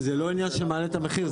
זה לא עניין שמעלה את המחיר.